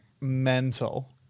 mental